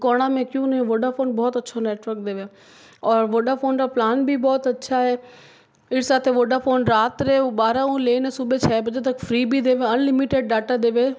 कोणा में क्यूँ नही वोडाफोन बहुत अच्छो नेटवर्क देवे और वोडाफोन का प्लान भी बहुत अच्छा है इरसते वोडाफोन रात रे बारह उ लेने सुबह छः बजे तक फ्री बी देवे अनलिमिटेड डाटा देवे है